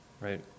right